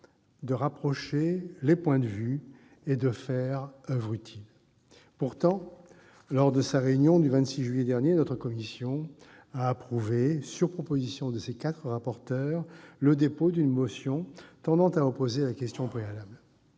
de rapprocher les points de vue et de faire oeuvre utile. Pourtant, lors de sa réunion du 26 juillet dernier, notre commission a approuvé, sur proposition de ses quatre rapporteurs, le dépôt d'une motion tendant à opposer la question préalable.